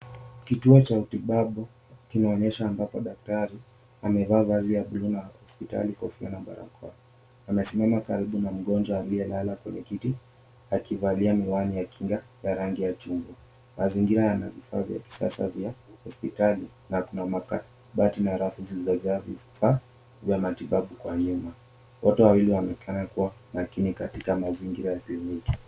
Kituo cha matibabu kinaonyesha ambapo daktari amevaa mavazi ya buluu ya hospitali kofia na barakoa. Amesimama karibu na mgonjwa aliyelala kwenye kiti akivalia miwani ya kinga ya rangi ya chuma. Mazingira yana vifaa vya kisasa ya hospitali na kuna makaa. Bati na rafu ziliojaa vifaa juu ya matibabu kwa nyuma. Wote wawili wameonekana kuwa makini katika mazingira ya kliniki.